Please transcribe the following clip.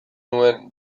nuen